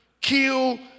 Kill